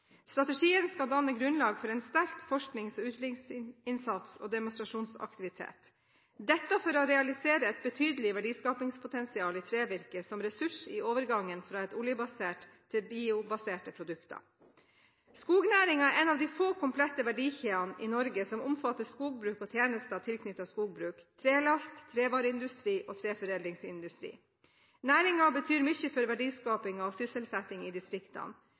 Strategien skal danne grunnlag for en sterk forsknings- og utviklingsinnsats og demonstrasjonsaktivitet – dette for å realisere et betydelig verdiskapingspotensial i trevirket som ressurs i overgangen fra oljebaserte til biobaserte produkter. Skognæringen er en av de få komplette verdikjedene i Norge. Den omfatter skogbruk og tjenester tilknyttet skogbruk, trelast, trevareindustri og treforedlingsindustri. Næringen betyr mye for verdiskapingen og sysselsettingen i distriktene.